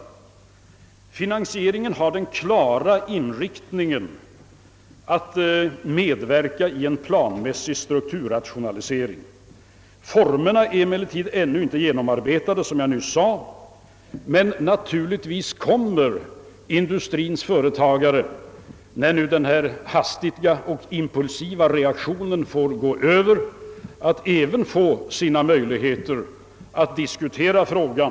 Denna finansiering har den klara inriktningen, att den skall medverka till en planmässig strukturrationalisering. Formerna därför är — som jag nyss sade ännu inte klara i detalj, och naturligtvis kommer industriens företrädare, när denna impulsiva reaktion har gått över, att få möjligheter att diskutera frågan.